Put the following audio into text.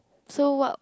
so what